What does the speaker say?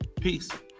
peace